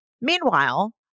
Meanwhile